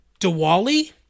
Diwali